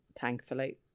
thankfully